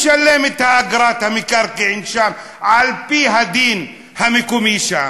משלם את אגרת המקרקעין שם על-פי הדין המקומי שם,